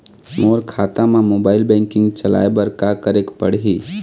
मोर खाता मा mobile banking चलाए बर का करेक पड़ही?